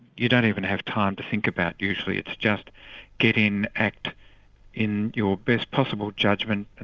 you don't even have time to think about usually, it's just get in, act in your best possible judgment and